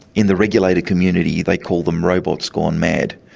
in the regulator community they call them robots gone mad.